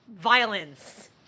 violence